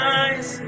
eyes